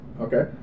Okay